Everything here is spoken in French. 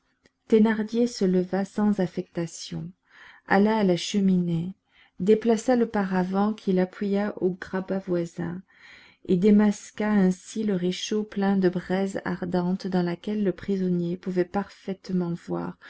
thénardier se leva sans affectation alla à la cheminée déplaça le paravent qu'il appuya au grabat voisin et démasqua ainsi le réchaud plein de braise ardente dans laquelle le prisonnier pouvait parfaitement voir